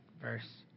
verse